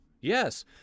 yes